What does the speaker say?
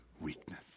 weakness